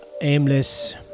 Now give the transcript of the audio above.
aimless